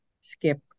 skip